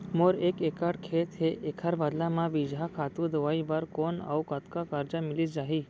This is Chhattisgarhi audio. मोर एक एक्कड़ खेत हे, एखर बदला म बीजहा, खातू, दवई बर कोन अऊ कतका करजा मिलिस जाही?